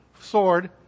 sword